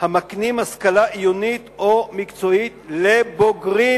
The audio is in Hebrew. המקנים השכלה עיונית או מקצועית לבוגרים,